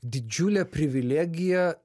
didžiulė privilegija